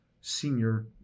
senior